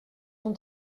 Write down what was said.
son